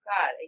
God